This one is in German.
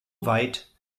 weit